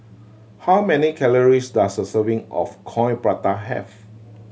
how many calories does a serving of Coin Prata have